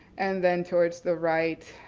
and then towards the right